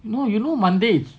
you know you know mondays